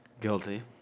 Guilty